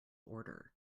order